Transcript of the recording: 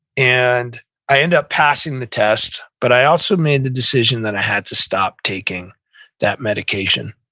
and i end up passing the test, but i also made the decision that i had to stop taking that medication.